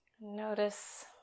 Notice